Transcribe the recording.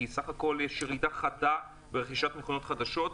כי סך הכול יש ירידה חדה ברכישת מכוניות חדשות,